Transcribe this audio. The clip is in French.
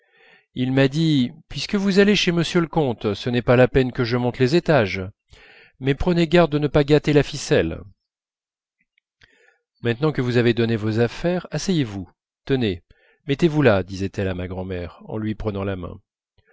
il m'a dit puisque vous allez chez m le comte ce n'est pas la peine que je monte les étages mais prenez garde de ne pas gâter la ficelle maintenant que vous avez donné vos affaires asseyez-vous tenez mettez-vous là disait-elle à ma grand'mère en lui prenant la main